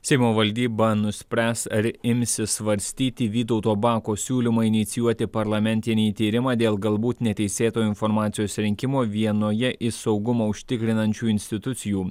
seimo valdyba nuspręs ar imsis svarstyti vytauto bako siūlymą inicijuoti parlamentinį tyrimą dėl galbūt neteisėto informacijos rinkimo vienoje iš saugumą užtikrinančių institucijų